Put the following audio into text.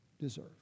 deserve